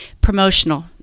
promotional